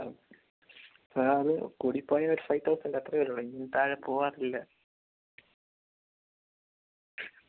sir അത് കൂടിപോയാൽ ഒരു ഫൈവ് തൗസൻഡ് അത്ര വരുള്ളൂ ഇനി താഴെ പോവാറില്ല